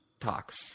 talks